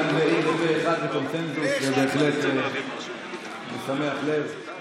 בקונסנזוס זה בהחלט משמח לב.